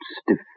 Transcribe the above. stiff